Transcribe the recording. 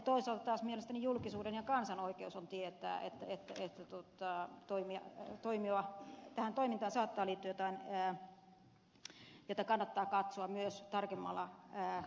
toisaalta taas mielestäni julkisuuden ja kansan oikeus on tietää että tähän toimintaan saattaa liittyä jotain mitä kannattaa katsoa myös tarkemmalla luupilla